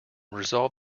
resolved